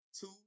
two